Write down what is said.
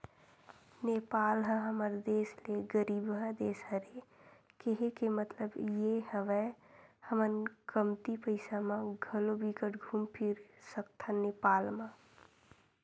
नेपाल ह हमर देस ले गरीबहा देस हरे, केहे के मललब ये हवय हमन कमती पइसा म घलो बिकट घुम फिर सकथन नेपाल म